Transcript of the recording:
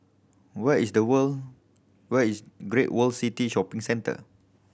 where is the world where is Great World City Shopping Centre